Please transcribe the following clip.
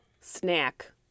snack